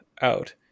out